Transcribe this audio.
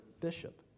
bishop